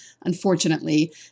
unfortunately